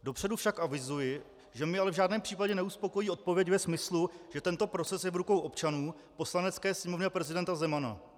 Dopředu však avizuji, že mě ale v žádném případě neuspokojí odpověď ve smyslu, že tento proces je v rukou občanů, Poslanecké sněmovny a prezidenta Zemana.